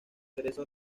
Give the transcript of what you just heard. teresa